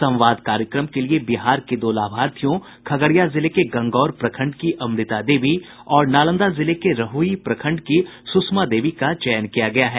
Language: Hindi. संवाद कार्यक्रम के लिए बिहार के दो लाभार्थियों खगड़िया जिले के गंगौर प्रखंड की अमृता देवी और नालंदा जिले के रहुई प्रखंड की सुषमा देवी का चयन किया गया है